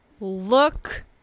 Look